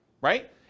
right